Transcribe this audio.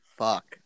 fuck